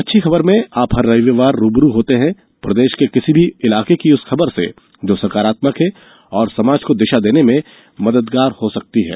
अच्छी खबर में आप हर रविवार रू ब रू होते हैं प्रदेश के किसी भी इलाके की उस खबर से जो सकारात्मक है और समाज को दिशा देने में मददगार हो सकती है